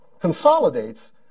consolidates